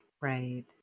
Right